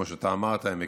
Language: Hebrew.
כמו שאתה אמרת.